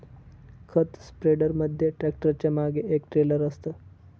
खत स्प्रेडर मध्ये ट्रॅक्टरच्या मागे एक ट्रेलर असतं